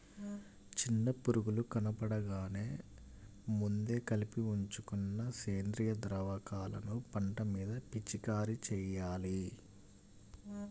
చిన్న పురుగులు కనబడగానే ముందే కలిపి ఉంచుకున్న సేంద్రియ ద్రావకాలను పంట మీద పిచికారీ చెయ్యాలి